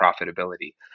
profitability